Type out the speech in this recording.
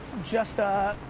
just a,